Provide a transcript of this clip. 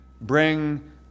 bring